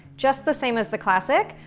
just the same as the classic,